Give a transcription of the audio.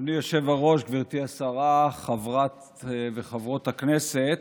אדוני היושב-ראש, גברתי השרה, חברי וחברות הכנסת,